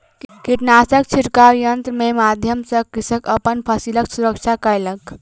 कीटनाशक छिड़काव यन्त्र के माध्यम सॅ कृषक अपन फसिलक सुरक्षा केलक